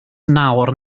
nawr